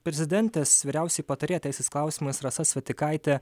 prezidentės vyriausioji patarėja teisės klausimais rasa svetikaitė